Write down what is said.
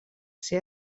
ser